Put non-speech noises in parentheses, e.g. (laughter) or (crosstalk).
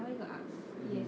!huh! where got ask (noise)